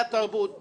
ממופעי התרבות,